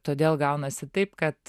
todėl gaunasi taip kad